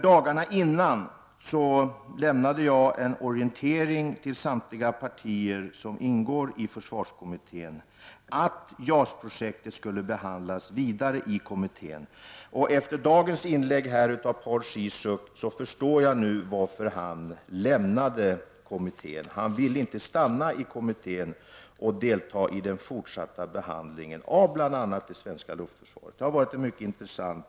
Dagarna före detta lämnade jag en orientering till samtliga partier som ingick i försvarskommittén om att JAS-projektet skulle behandlas vidare i kommittén. Efter dagens inlägg av Paul Ciszuk förstår jag varför han lämnade kommittén. Han ville inte stanna där och delta i den fortsatta behandlingen av bl.a. det svenska luftförsvaret. Det är en mycket intressant